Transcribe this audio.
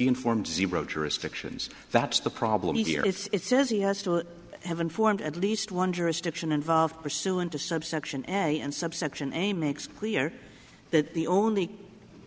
informed zero jurisdictions that's the problem here it's says he has to have informed at least one jurisdiction involved pursuant to subsection and subsection a makes clear that the only